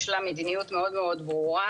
יש לה מדיניות מאוד מאוד ברורה,